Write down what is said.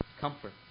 Comfort